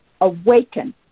awaken